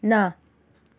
ना